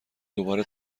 دوباره